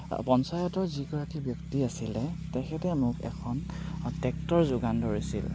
পঞ্চায়তৰ যিগৰাকী ব্যক্তি আছিলে তেখেতে মোক এখন ট্ৰেক্টৰ যোগান ধৰিছিল